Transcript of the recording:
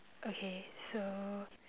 okay so